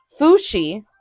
Fushi